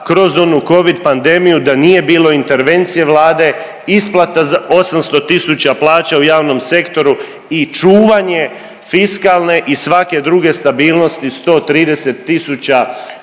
kroz onu covid pandemiju da nije bilo intervencije Vlade, isplata za 800 tisuća plaća u javnom sektoru i čuvanje fiskalne i svake druge stabilnosti 130 tisuća